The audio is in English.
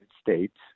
States